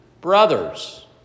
brothers